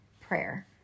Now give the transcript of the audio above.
Prayer